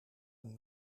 een